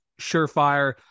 surefire